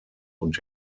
und